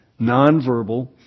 Nonverbal